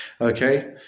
Okay